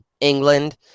England